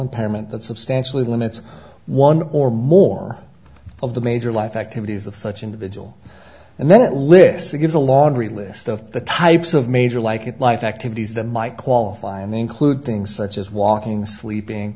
impairment that substantially limits one or more of the major life activities of such individual and then it lists who gives a laundry list of the types of major like it life activities that might qualify and they include things such as walking sleeping